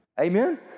Amen